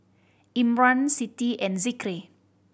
Imran Siti and Zikri